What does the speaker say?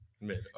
Mid